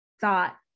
thought